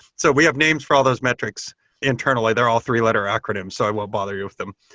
so we have names for all those metrics internally. they're all three-letter acronyms. so i won't bother you with them.